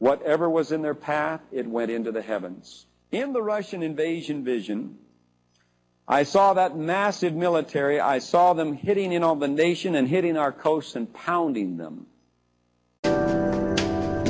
whatever was in their path and went into the heavens in the russian invasion vision i saw that massive military i saw them hitting in on the nation and hitting our coast and pounding them